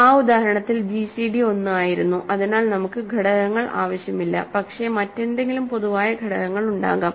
ആ ഉദാഹരണത്തിൽ ജിസിഡി 1 ആയിരുന്നു അതിനാൽ നമുക്ക് ഘടകങ്ങൾ ആവശ്യമില്ല പക്ഷേ മറ്റെന്തെങ്കിലും പൊതുവായ ഘടകങ്ങളുണ്ടാകാം